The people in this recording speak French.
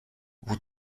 vous